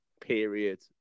period